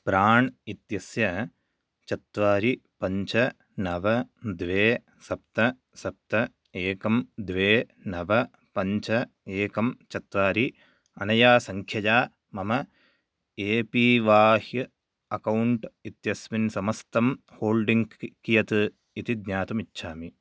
प्राण् इत्यस्य चत्वारि पञ्च नव द्वे सप्त सप्त एकं द्वे नव पञ्च एकं चत्वारि अनया सङ्ख्यया मम ए पी वाह् अकौण्ट् इत्यस्मिन् समस्तं होल्डिङ्ग् कियत् इति ज्ञातुमिच्छामि